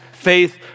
Faith